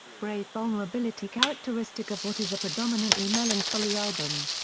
brave vulnerability characteristic of what is a predominantly melancholy album.